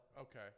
Okay